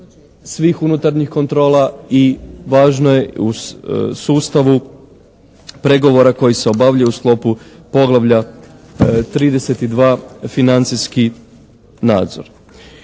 svih unutarnjih kontrola i važno je u sustavu pregovora koji se obavljaju u sklopu poglavlja 32 financijski nadzor.